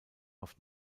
auf